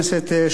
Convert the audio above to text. אחרון הדוברים,